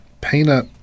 peanut